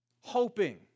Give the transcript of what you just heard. Hoping